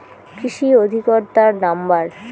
কৃষি অধিকর্তার নাম্বার?